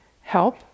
help